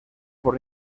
por